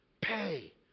pay